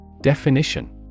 Definition